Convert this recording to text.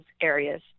areas